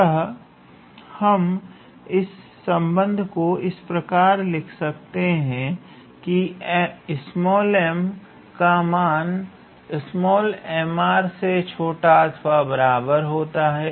अतः हम इस संबंध को इस प्रकार लिख सकते हैं कि 𝑚 का मान से छोटा अथवा बराबर है